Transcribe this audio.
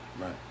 Right